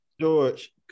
George